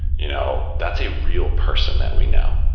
you know that's a real person that we know.